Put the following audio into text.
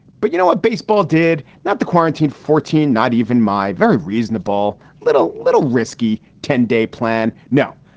but you know what? baseball did not the quarantine fourteen, not even my very reasonable little little risky ten day plan. no,